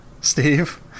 Steve